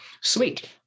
Sweet